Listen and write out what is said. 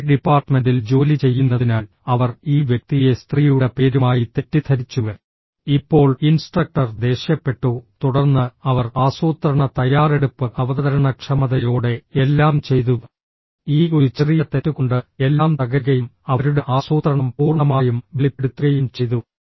ഒരേ ഡിപ്പാർട്ട്മെന്റിൽ ജോലി ചെയ്യുന്നതിനാൽ അവർ ഈ വ്യക്തിയെ സ്ത്രീയുടെ പേരുമായി തെറ്റിദ്ധരിച്ചു ഇപ്പോൾ ഇൻസ്ട്രക്ടർ ദേഷ്യപ്പെട്ടു തുടർന്ന് അവർ ആസൂത്രണ തയ്യാറെടുപ്പ് അവതരണക്ഷമതയോടെ എല്ലാം ചെയ്തു ഈ ഒരു ചെറിയ തെറ്റ് കൊണ്ട് എല്ലാം തകരുകയും അവരുടെ ആസൂത്രണം പൂർണ്ണമായും വെളിപ്പെടുത്തുകയും ചെയ്തു